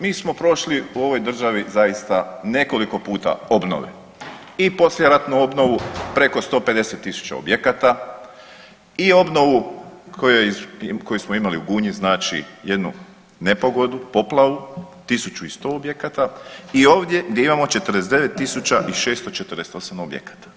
Mi smo prošli u ovoj državi zaista nekoliko puta obnove i poslijeratnu obnovu preko 150 000 objekata i obnovu koju smo imali u Gunji, znači jednu nepogodu, poplavu 1100 objekata i ovdje gdje imamo 49648 objekata.